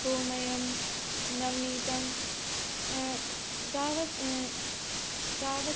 गोमयः नवनीतं गावस् गावस्य